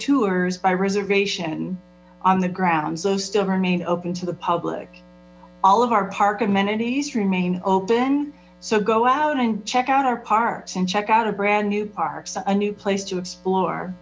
tours by reservation on the grounds still remain open to the public all of our park amenities remain oen so go out and check out our parks and check out a brand new parks a new place to explore